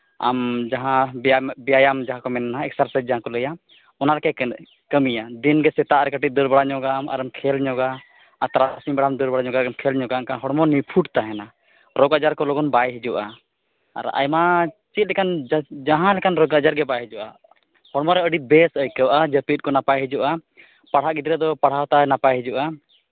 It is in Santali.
ᱡᱟᱦᱟᱸ ᱵᱮᱭᱟᱢ ᱵᱮᱭᱟᱢ ᱡᱟᱦᱟᱸ ᱠᱚ ᱢᱮᱱᱫᱟ ᱮᱠᱥᱟᱨᱥᱟᱭᱤᱡᱽ ᱡᱟᱦᱟᱸ ᱠᱚ ᱞᱟᱹᱭᱟ ᱚᱱᱟ ᱜᱮ ᱠᱟᱹ ᱠᱟᱹᱢᱤᱭᱟ ᱫᱤᱱ ᱜᱮ ᱥᱮᱛᱟᱜ ᱨᱮ ᱠᱟᱹᱴᱤᱡ ᱫᱟᱹᱲ ᱵᱟᱲᱟ ᱧᱚᱜᱟᱢ ᱟᱨᱮᱢ ᱠᱷᱮᱹᱞ ᱧᱚᱜᱟᱢ ᱟᱨ ᱛᱟᱨᱟᱥᱤᱧ ᱵᱮᱲᱟᱢ ᱫᱟᱹᱲ ᱵᱟᱲᱟ ᱧᱚᱜᱟᱢ ᱠᱷᱮᱹᱞ ᱵᱟᱲᱟ ᱧᱚᱜᱟᱢ ᱮᱱᱠᱷᱟᱱ ᱦᱚᱲᱢᱚ ᱱᱤᱯᱷᱩᱴ ᱛᱟᱦᱮᱱᱟ ᱨᱳᱜᱽ ᱟᱡᱟᱨ ᱠᱚ ᱞᱚᱜᱚᱱ ᱵᱟᱭ ᱦᱤᱡᱩᱜᱼᱟ ᱟᱨ ᱟᱭᱢᱟ ᱪᱮᱫᱞᱮᱠᱟᱱ ᱡᱟᱦᱟᱸᱞᱮᱠᱟᱱ ᱨᱳᱜᱽ ᱟᱡᱟᱨ ᱜᱮ ᱵᱟᱭ ᱦᱩᱭᱩᱜᱼᱟ ᱦᱚᱢᱚ ᱨᱮ ᱟᱹᱰᱤ ᱵᱮᱥ ᱟᱹᱭᱠᱟᱹᱣᱚᱜᱼᱟ ᱡᱟᱹᱯᱤᱫ ᱠᱚ ᱟᱹᱰᱤ ᱱᱟᱯᱟᱭ ᱦᱤᱡᱩᱜᱼᱟ ᱯᱟᱲᱦᱟᱜ ᱜᱤᱫᱽᱨᱟᱹ ᱫᱚ ᱯᱟᱲᱦᱟᱣ ᱛᱟᱭ ᱱᱟᱯᱟᱭ ᱦᱤᱡᱩᱜᱼᱟ